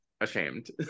ashamed